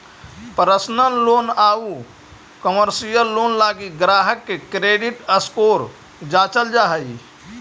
personal loan आउ commercial loan लगी ग्राहक के क्रेडिट स्कोर जांचल जा हइ